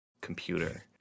computer